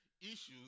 issues